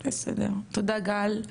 תודה, גל.